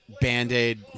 band-aid